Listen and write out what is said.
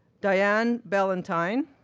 diane ballantyne,